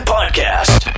Podcast